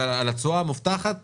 תשואה מובטחת